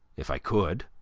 if i could,